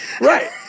Right